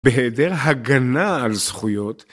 בהיעדר הגנה על זכויות